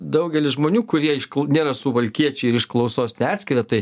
daugelis žmonių kurie iš nėra suvalkiečiai ir iš klausos neatskira tai